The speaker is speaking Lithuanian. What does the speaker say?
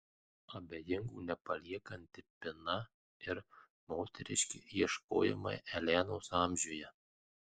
abejingų nepaliekanti pina ir moteriški ieškojimai elenos amžiuje